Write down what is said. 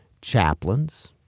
chaplains